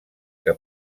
que